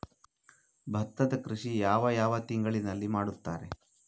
ಭತ್ತದ ಕೃಷಿ ಯಾವ ಯಾವ ತಿಂಗಳಿನಲ್ಲಿ ಮಾಡುತ್ತಾರೆ?